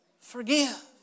Forgive